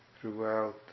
throughout